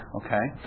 okay